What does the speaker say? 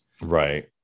Right